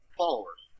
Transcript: followers